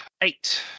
Eight